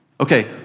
Okay